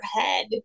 head